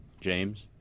James